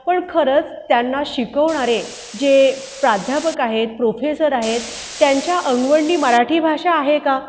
पण खरंच त्यांना शिकवणारे जे प्राध्यापक आहेत प्रोफेसर आहेत त्यांच्या अंगवळणी मराठी भाषा आहे का